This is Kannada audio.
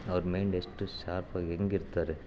ಅವ್ರ ಮೈಂಡ್ ಎಷ್ಟು ಶಾರ್ಪ್ ಆಗಿ ಹೆಂಗ್ ಇರ್ತಾರೆ